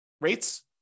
rates